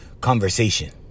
conversation